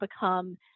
become